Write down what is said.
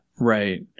right